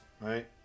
right